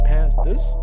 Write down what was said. Panthers